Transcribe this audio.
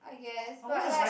I guess but like